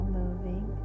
moving